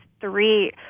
three